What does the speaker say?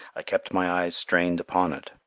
i kept my eyes strained upon it,